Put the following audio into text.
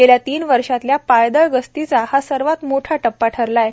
गेल्या तीन वर्षातल्या पायदळ गस्तीचा हा सर्वात मोठा टप्पा ठरला आहे